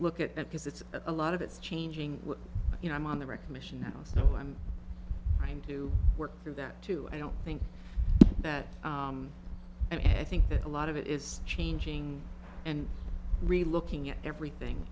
look at that because it's a lot of it's changing you know i'm on the record mission now so i'm trying to work through that too i don't think that and i think that a lot of it is changing and really looking at everything